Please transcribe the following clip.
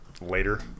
later